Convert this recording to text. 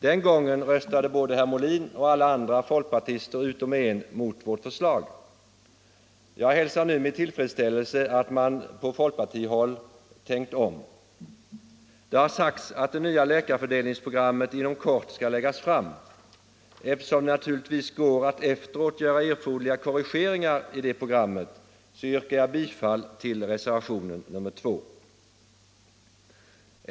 Den gången röstade både herr Molin och = Utbyggnad av alla andra folkpartister utom en mot vårt förslag. Jag hälsar nu med = hälsooch sjukvård, tillfredsställelse att man på folkpartihåll har tänkt om. Det har sagts — m.m. att det nya läkarfördelningsprogrammet inom kort skall läggas fram. Eftersom det naturligtvis går att efteråt göra erforderliga korrigeringar i programmet, yrkar jag bifall till reservationen 2.